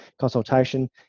consultation